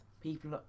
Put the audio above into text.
people